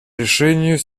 решению